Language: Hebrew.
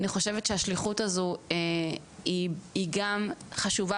אני חושבת שהשליחות הזו היא גם חשובה